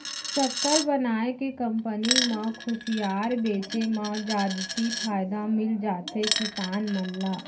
सक्कर बनाए के कंपनी म खुसियार बेचे म जादति फायदा मिल जाथे किसान मन ल